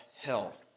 hell